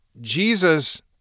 Jesus